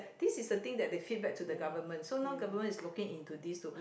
this is the thing that they feedback to the government so now government is looking into this to